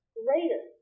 greater